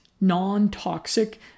non-toxic